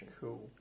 Cool